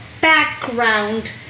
background